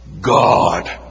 God